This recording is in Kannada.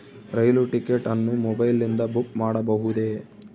ರೈಲು ಟಿಕೆಟ್ ಅನ್ನು ಮೊಬೈಲಿಂದ ಬುಕ್ ಮಾಡಬಹುದೆ?